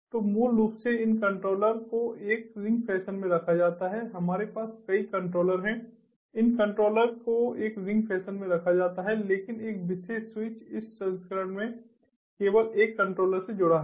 तो मूल रूप से इन कंट्रोलर को एक रिंग फैशन में रखा जाता है हमारे पास कई कंट्रोलर हैं इन कंट्रोलर को एक रिंग फैशन में रखा जाता है लेकिन एक विशेष स्विच इस संस्करण में केवल एक कंट्रोलर से जुड़ा है